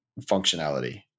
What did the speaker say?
functionality